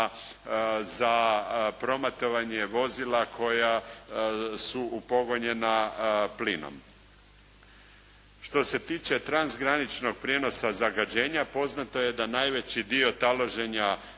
za prometovanje vozila su upogonjena plinom. Što se tiče transgraničnog prijenosa zagađenja poznato je da najveći dio taloženja